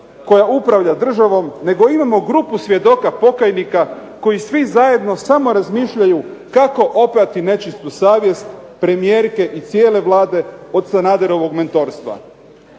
koja upravlja državom nego imamo grupu svjedoka pokajnika koji svi zajedno samo razmišljaju kako oprati nečistu savjest premijerke i cijele Vlade od Sanaderovog mentorstva.